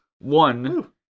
one